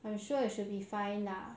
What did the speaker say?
I am sure it should be fine lah